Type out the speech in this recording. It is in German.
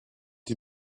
die